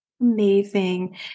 Amazing